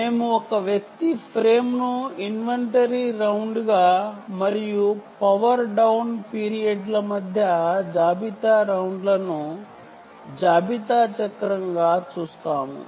మేము ఒక ఫ్రేమ్ను ఇన్వెంటరీ రౌండ్గా మరియు పవర్ డౌన్ పీరియడ్ల మధ్య ఇన్వెంటరీ రౌండ్ల యొక్క వరుస ను ఇన్వెంటరీ సైకిల్ గా సూచిస్తాము